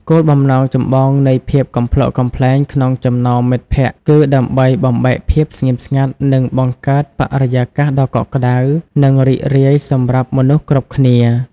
គោលបំណងចម្បងនៃភាពកំប្លុកកំប្លែងក្នុងចំណោមមិត្តភក្តិគឺដើម្បីបំបែកភាពស្ងៀមស្ងាត់និងបង្កើតបរិយាកាសដ៏កក់ក្តៅនិងរីករាយសម្រាប់មនុស្សគ្រប់គ្នា។